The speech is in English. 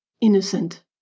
innocent